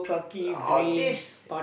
all this